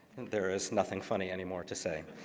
there is nothing funny anymore to say